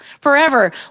forever